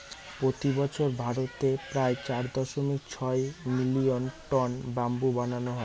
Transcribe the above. প্রতি বছর ভারতে প্রায় চার দশমিক ছয় মিলিয়ন টন ব্যাম্বু বানানো হয়